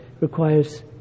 requires